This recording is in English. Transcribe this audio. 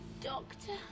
doctor